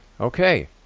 Okay